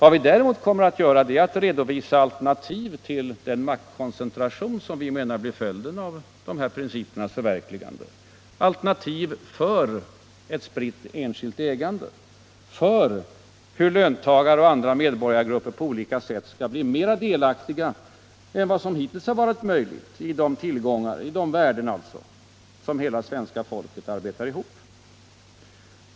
Vad vi däremot kommer att göra är att redovisa alternativ till den maktkoncentration som vi menar blir följden av de här principernas förverkligande — alternativ för ett spritt enskilt ägande, alternativ för hur löntagare och andra medborgargrupper på olika sätt skall bli mer delaktiga än vad hittills varit möjligt i de tillgångar, de värden, som hela svenska folket arbetar ihop.